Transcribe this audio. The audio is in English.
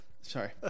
Sorry